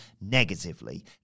negatively